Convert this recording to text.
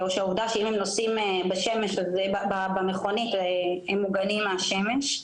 או העובדה שאם הם נוסעים בשמש במכונית אז הם מוגנים מהשמש,